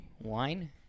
wine